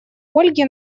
ольге